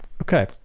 okay